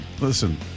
listen